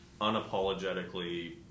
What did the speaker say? unapologetically